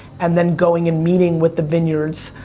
and then going and meeting with the vineyards,